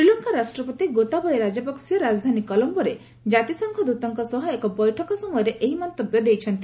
ଶ୍ରୀଲଙ୍କା ରାଷ୍ଟ୍ରପତି ଗୋତାବୟେ ରାଜପକ୍ଷେ ରାଜଧାନୀ କଲମ୍ବୋରେ ଜାତିସଂଘ ଦ୍ଦତଙ୍କ ସହ ଏକ ବୈଠକ ସମୟରେ ଏହି ମନ୍ତବ୍ୟ ଦେଇଛନ୍ତି